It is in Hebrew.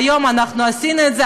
היום אנחנו עשינו את זה.